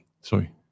sorry